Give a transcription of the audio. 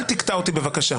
אל תקטע אותי בבקשה.